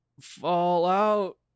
fallout